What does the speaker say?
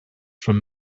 from